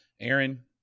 Aaron